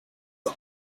auf